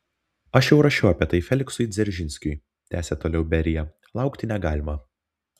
aš jau rašiau apie tai feliksui dzeržinskiui tęsė toliau berija laukti negalima